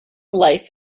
life